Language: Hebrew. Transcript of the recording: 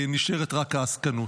ונשארת רק העסקנות.